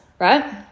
right